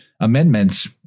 amendments